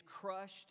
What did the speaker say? crushed